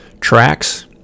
tracks